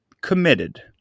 committed